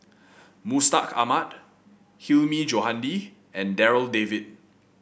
Mustaq Ahmad Hilmi Johandi and Darryl David